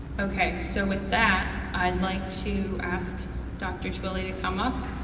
okay, so with that, i'd like to ask dr. twilley to come up